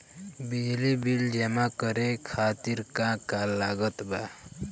बिजली बिल जमा करे खातिर का का लागत बा?